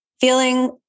feeling